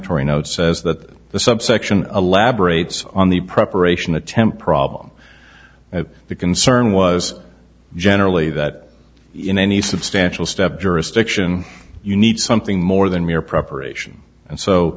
planetary note says that the subsection elaborates on the preparation attempt problem and the concern was generally that in any substantial step jurisdiction you need something more than mere preparation and so